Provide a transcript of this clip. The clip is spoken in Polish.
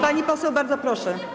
Pani poseł, bardzo proszę.